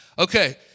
Okay